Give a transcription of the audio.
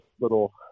little